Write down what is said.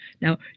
Now